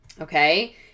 Okay